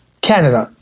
Canada